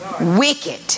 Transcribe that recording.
Wicked